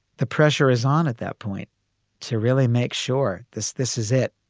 the pressure is on at that point to really make sure this this is it.